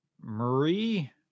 Marie